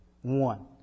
one